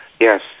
Yes